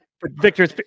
Victor